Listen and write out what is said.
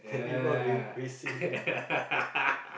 yeah